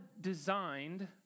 designed